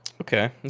Okay